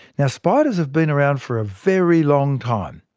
now spiders have been around for a very long time.